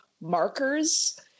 markers